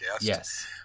Yes